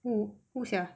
who who sia